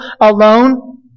alone